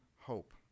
hope